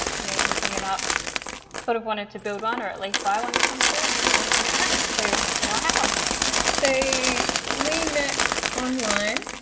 you know hooking him up sort of wanted to build one or at least buy one at some stage and then i met matt. so now i have one say we met online